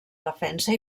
defensa